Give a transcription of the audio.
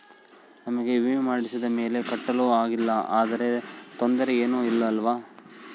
ನಮಗೆ ವಿಮೆ ಮಾಡಿಸಿದ ಮೇಲೆ ಕಟ್ಟಲು ಆಗಿಲ್ಲ ಆದರೆ ತೊಂದರೆ ಏನು ಇಲ್ಲವಾ?